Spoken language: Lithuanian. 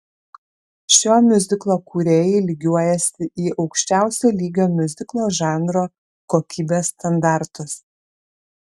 šio miuziklo kūrėjai lygiuojasi į aukščiausio lygio miuziklo žanro kokybės standartus